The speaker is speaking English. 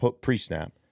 pre-snap